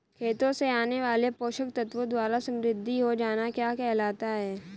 खेतों से आने वाले पोषक तत्वों द्वारा समृद्धि हो जाना क्या कहलाता है?